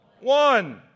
One